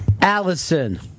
Allison